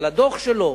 על הדוח שלו,